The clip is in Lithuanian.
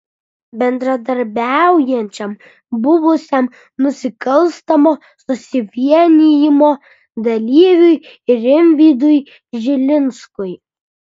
bendradarbiaujančiam buvusiam nusikalstamo susivienijimo dalyviui rimvydui žilinskui